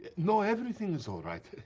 no, everything is all right.